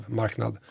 marknad